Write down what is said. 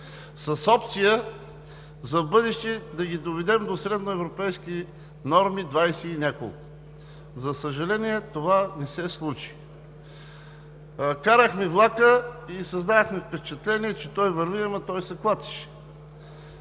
с опция за в бъдеще да ги доведем до средноевропейски норми – двадесет и няколко. За съжаление, това не се случи! Карахме влака и създавахме впечатление, че той върви, ама той се клатеше!